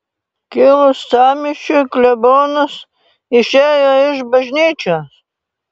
kilus sąmyšiui klebonas išėjo iš bažnyčios